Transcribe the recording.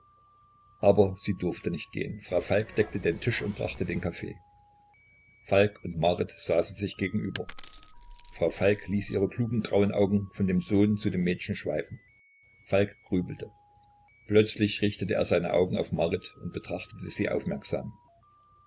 aber sie durfte nicht gehen frau falk deckte den tisch und brachte den kaffee falk und marit saßen sich gegenüber frau falk ließ ihre klugen grauen augen von dem sohn zu dem mädchen schweifen falk grübelte plötzlich richtete er seine augen auf marit und betrachtete sie aufmerksam